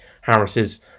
Harris's